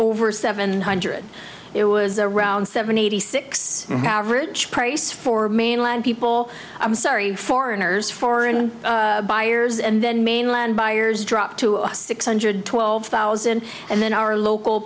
over seven hundred it was around seventy eighty six average price for mainland people i'm sorry foreigners foreign buyers and then mainland buyers dropped to six hundred twelve thousand and then our local